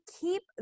keep